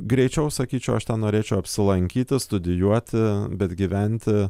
greičiau sakyčiau aš ten norėčiau apsilankyti studijuoti bet gyventi